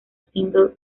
single